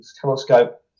telescope